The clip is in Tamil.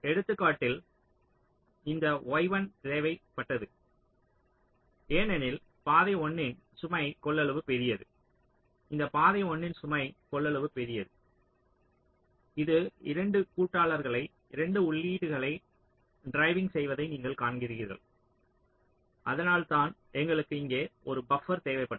எடுத்துக்காட்டில் இந்த y1 தேவைப்பட்டது ஏனெனில் பாதை 1 இன் சுமை கொள்ளளவு பெரியது இந்த பாதை 1 இன் சுமை கொள்ளளவு பெரியது இது 2 கூட்டாளர்களை 2 உள்ளீடுகளை ட்ரிவிங் செய்வதை நீங்கள் காண்கிறீர்கள் அதனால்தான் எங்களுக்கு இங்கே ஒரு பப்பர் தேவைப்பட்டது